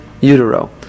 utero